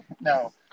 No